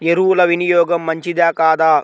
ఎరువుల వినియోగం మంచిదా కాదా?